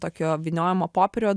tokio vyniojamo popierio